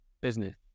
business